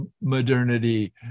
modernity